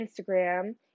Instagram